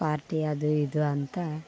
party ಅದು ಇದು ಅಂತ